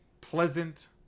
pleasant